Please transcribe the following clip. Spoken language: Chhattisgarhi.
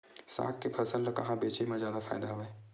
साग के फसल ल कहां बेचे म जादा फ़ायदा हवय?